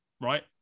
right